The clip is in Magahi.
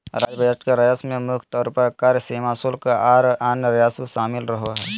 राज्य बजट के राजस्व में मुख्य तौर पर कर, सीमा शुल्क, आर अन्य राजस्व शामिल रहो हय